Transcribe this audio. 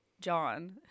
John